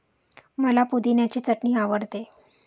मला पुदिन्याची चटणी आवडते